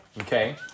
Okay